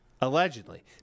allegedly